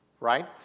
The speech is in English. right